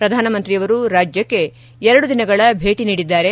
ಪ್ರಧಾನಮಂತ್ರಿಯವರು ರಾಜ್ಯಕ್ಷೆ ಎರಡು ದಿನಗಳ ಭೇಟಿ ನೀಡಿದ್ದಾರೆ